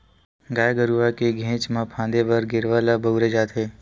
गाय गरुवा के घेंच म फांदे बर गेरवा ल बउरे जाथे